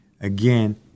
again